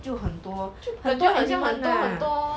就很多很多 element lah